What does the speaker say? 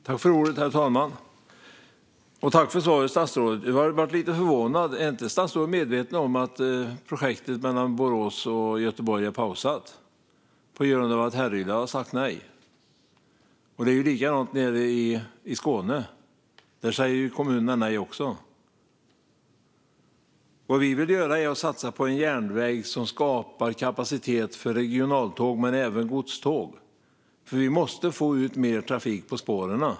Herr talman! Jag blev lite förvånad. Är statsrådet inte medveten om att projektet mellan Borås och Göteborg är pausat på grund av att Härryda har sagt nej? Det är likadant nere i Skåne. Där säger kommunen också nej. Det som vi vill göra är att satsa på en järnväg som skapar kapacitet för regionaltåg men även för godståg. Vi måste nämligen få ut mer trafik på spåren.